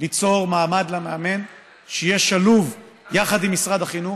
ליצור מעמד למאמן שיהיה שלוב יחד עם משרד החינוך.